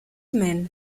men